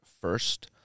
first –